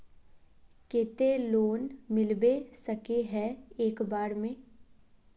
केते लोन मिलबे सके है एक बार में?